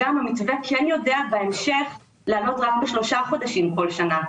גם המתווה כן יודע בהמשך לענות רק בשלושה חודשים כל שנה,